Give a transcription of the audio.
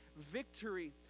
victory